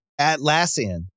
Atlassian